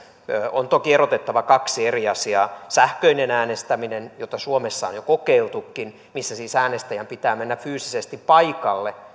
on toki erotettava kaksi eri asiaa sähköinen äänestäminen jota suomessa on jo kokeiltukin missä siis äänestäjän pitää mennä fyysisesti paikalle